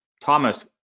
Thomas